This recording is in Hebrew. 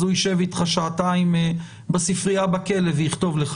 אז הוא יישב איתך שעתיים בספרייה בכלא ויכתוב לך.